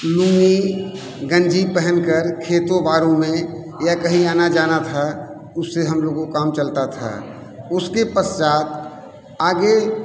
लूंगी गंजी पहन कर खेतों बारों में या कहीं आना जाना था उससे हम लोगों का काम चलता था उसके पश्चात आगे